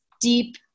deep